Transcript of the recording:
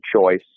choice